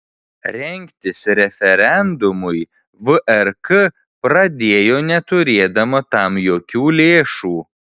rengtis referendumui vrk pradėjo neturėdama tam jokių lėšų